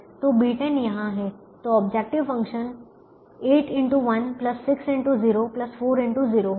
तो B10 यहां है तो ऑब्जेक्टिव फ़ंक्शन 8x16x04x0 होगा